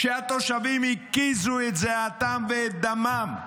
שהתושבים הקיזו את זעתם ואת דמם,